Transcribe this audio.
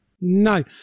No